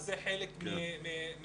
זה חלק מהעניין.